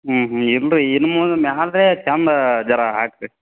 ಹ್ಞೂ ಹ್ಞೂ ಇಲ್ಲ ರೀ ಇನ್ನು ಮುನ್ ಮೇಲೆ ಚೆಂದ ಜರ ಹಾಕಿರಿ